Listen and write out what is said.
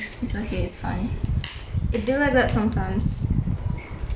it's okay it's fun it'll be like that sometimes